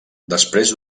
després